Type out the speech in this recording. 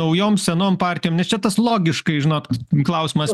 naujom senom partijom nes čia tas logiškai žinot klausimas